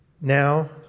Now